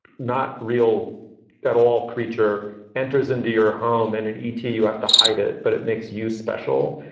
not real at all creature enters into your home and in e t, you have to hide it, but it makes you special.